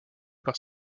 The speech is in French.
par